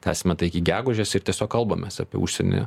tęsiame tai iki gegužės ir tiesiog kalbamės apie užsienį